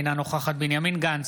אינה נוכחת בנימין גנץ,